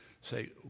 say